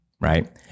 Right